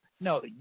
No